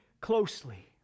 closely